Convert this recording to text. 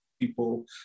people